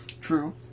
True